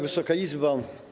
Wysoka Izbo!